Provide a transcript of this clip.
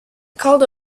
called